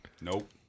Nope